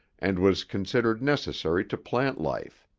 and was considered necessary to plant life.